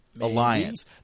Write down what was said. alliance